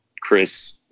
Chris